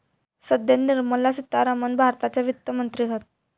सध्या निर्मला सीतारामण भारताच्या वित्त मंत्री हत